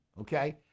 Okay